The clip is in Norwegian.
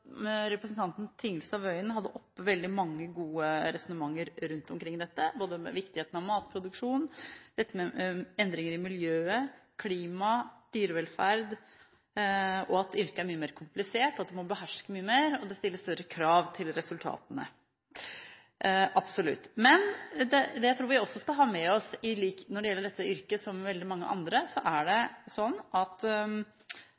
representanten Tingelstad Wøien hadde veldig mange gode resonnementer rundt dette – viktigheten av matproduksjon, endringer i miljøet, klima, dyrevelferd, at yrket er mye mer komplisert, at du må beherske mye mer. Det stilles absolutt større krav til resultatene. Det jeg tror vi også skal ha med oss når det gjelder dette yrket, som veldig mange andre yrker, er at yrkesvalg blant ungdom preges av trender. Noe er pop, og noe er mindre pop. Det